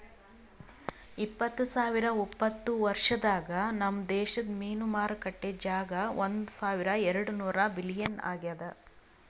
ಇಪ್ಪತ್ತು ಸಾವಿರ ಉಪತ್ತ ವರ್ಷದಾಗ್ ನಮ್ ದೇಶದ್ ಮೀನು ಮಾರುಕಟ್ಟೆ ಜಾಗ ಒಂದ್ ಸಾವಿರ ಎರಡು ನೂರ ಬಿಲಿಯನ್ ಆಗ್ಯದ್